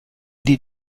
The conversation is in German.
dir